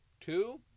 Two